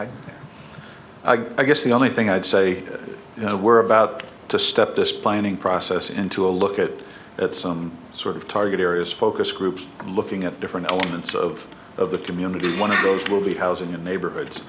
things i guess the only thing i'd say you know we're about to step this planning process into a look at it at some sort of target areas focus groups looking at different elements of of the community one of those will be housing in neighborhoods